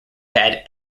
had